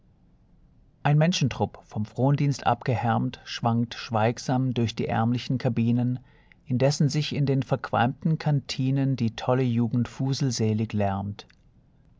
ein menschen trupp vom frondienst abgehärmt schwankt schweigsam durch die ärmlichen kabinen indessen sich in den verqualmten kantinen die tolle jugend fuselselig lärmt